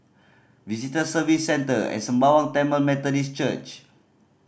Visitor Services Centre and Sembawang Tamil Methodist Church